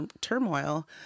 turmoil